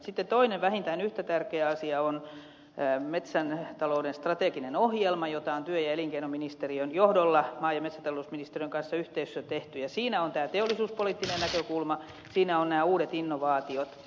sitten toinen vähintään yhtä tärkeä asia on metsätalouden strateginen ohjelma jota on työ ja elinkeinoministeriön johdolla maa ja metsätalousministeriön kanssa yhteistyössä tehty ja siinä on tämä teollisuuspoliittinen näkökulma siinä ovat nämä uudet innovaatiot